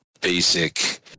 basic